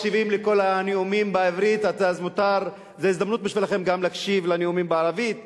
אין תקנון כזה ואין שום בעיה עם זה.